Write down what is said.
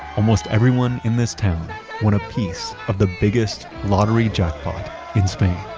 almost everyone in this town won a piece of the biggest lottery jackpot in spain.